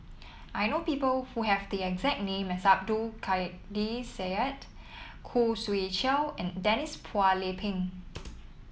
I know people who have the exact name as Abdul Kadir Syed Khoo Swee Chiow and Denise Phua Lay Peng